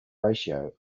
ratio